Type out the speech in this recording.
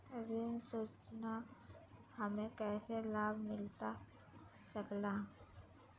ऋण सूचना हमें कैसे लाभ मिलता सके ला?